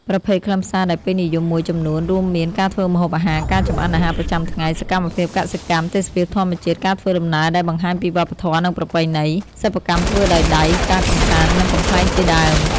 ប្រភេទខ្លឹមសារដែលពេញនិយមមួយចំនួនរួមមាន ការធ្វើម្ហូបអាហារ ការចម្អិនអាហារប្រចាំថ្ងៃ សកម្មភាពកសិកម្ម ទេសភាពធម្មជាតិ ការធ្វើដំណើរដែលបង្ហាញពីវប្បធម៌ និងប្រពៃណី សិប្បកម្មធ្វើដោយដៃ ការកម្សាន្ត និងកំប្លែងជាដើម។